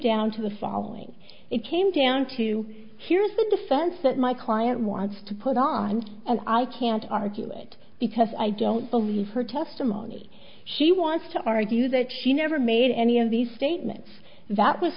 down to the following it came down to here's the defense that my client wants to put on and i can't argue it because i don't believe her testimony she wants to argue that she never made any of these statements that was